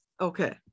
Okay